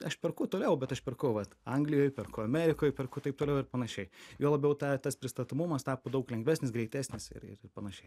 aš perku toliau bet aš perku vat anglijoj perku amerikoj perku taip toliau ir panašiai juo labiau ta tas pristatomumas tapo daug lengvesnis greitesnis ir ir panašiai